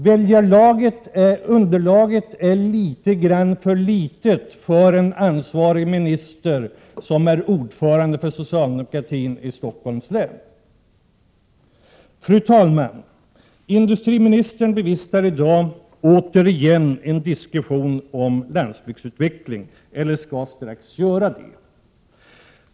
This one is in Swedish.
Väljarunderlaget är något för litet för en ansvarig minister som är ordförande för socialdemokratin i Stockholms län. Fru talman! Industriministern bevistar i dag återigen en diskussion om landsbygdsutveckling.